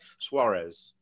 Suarez